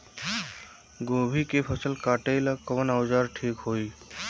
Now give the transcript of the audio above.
गोभी के फसल काटेला कवन औजार ठीक होई?